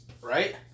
Right